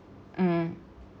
mm